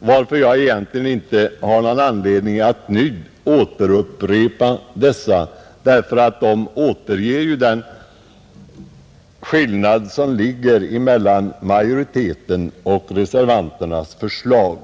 varför jag egentligen inte har någon anledning att nu upprepa dessa. De återger ju skillnaden mellan majoritetens och reservanternas förslag.